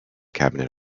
cabinet